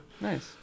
nice